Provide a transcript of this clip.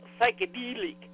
psychedelic